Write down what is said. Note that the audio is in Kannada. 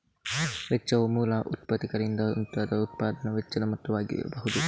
ವೆಚ್ಚವು ಮೂಲ ಉತ್ಪಾದಕರಿಂದ ಉಂಟಾದ ಉತ್ಪಾದನಾ ವೆಚ್ಚದ ಮೊತ್ತವಾಗಿರಬಹುದು